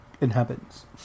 inhabitants